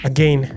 Again